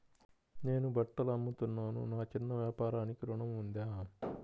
నేను బట్టలు అమ్ముతున్నాను, నా చిన్న వ్యాపారానికి ఋణం ఉందా?